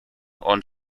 und